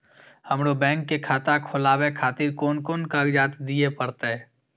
हमरो बैंक के खाता खोलाबे खातिर कोन कोन कागजात दीये परतें?